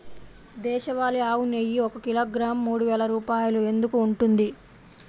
దేశవాళీ ఆవు నెయ్యి ఒక కిలోగ్రాము మూడు వేలు రూపాయలు ఎందుకు ఉంటుంది?